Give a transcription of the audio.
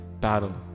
battle